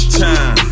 time